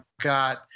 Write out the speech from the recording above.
got